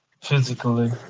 physically